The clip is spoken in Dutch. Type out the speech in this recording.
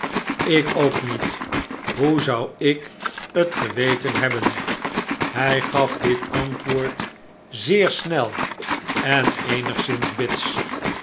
ik ook niet hoe zou ik het geweten hebben hi gaf dit antwoord zeer snel en eenigszins bits